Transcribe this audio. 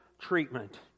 treatment